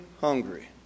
hungry